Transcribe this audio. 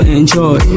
Enjoy